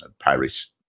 Paris